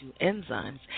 enzymes